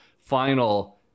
final